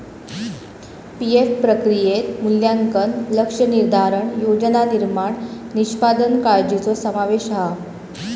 PF प्रक्रियेत मूल्यांकन, लक्ष्य निर्धारण, योजना निर्माण, निष्पादन काळ्जीचो समावेश हा